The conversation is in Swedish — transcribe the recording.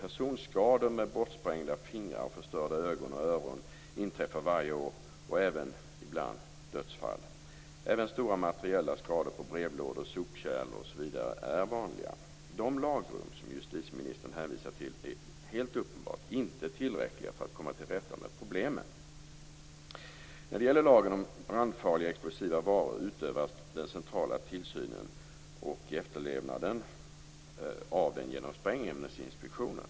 Personskador med bortsprängda fingrar, förstörda ögon och öron inträffar varje år - och ibland dödsfall. Även stora materiella skador på brevlådor, sopkärl osv. är vanliga. De lagrum som justitieministern hänvisar till är helt uppenbart inte tillräckliga för att komma till rätta med problemen. När det gäller lagen om brandfarliga och explosiva varor utövas den centrala tillsynen och efterlevnaden av lagen av Sprängämnesinspektionen.